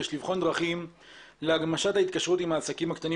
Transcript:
יש לבחון דרכים להגמשת ההתקשרות עם העסקים הקטנים